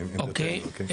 אוקיי.